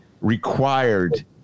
required